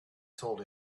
told